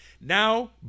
Now